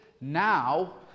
Now